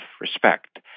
respect